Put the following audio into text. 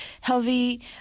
healthy